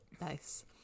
nice